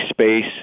space